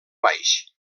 baix